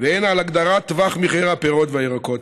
והן על הגדרת טווח מחירי הפירות וירקות.